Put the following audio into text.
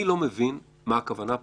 אני לא מבין מה הכוונה,